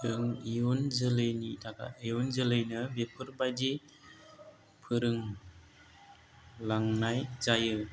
जों इयुन जोलैनि थाखाय इयुन जोलैनो बेफोरबायदि फोरोंलांनाय जायो